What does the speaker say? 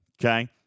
Okay